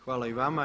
Hvala i vama.